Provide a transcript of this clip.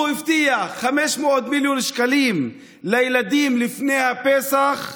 הוא הבטיח 500 מיליון שקלים לילדים לפני הפסח,